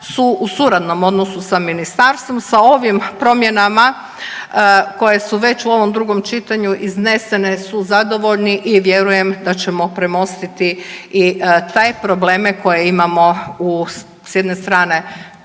su u suradnom odnosu sa ministarstvom. Sa ovim promjenama koje su već u ovom drugom čitanju iznesene su zadovoljni i vjerujem da ćemo premostiti i te probleme koje imamo s jedne strane